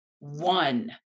one